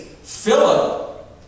Philip